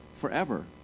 forever